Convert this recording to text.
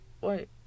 Wait